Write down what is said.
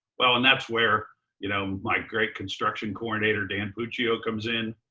well, and that's where you know my great construction coordinator dan puccio comes in,